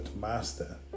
master